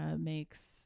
makes